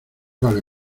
vale